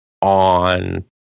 on